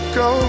go